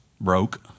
broke